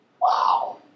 Wow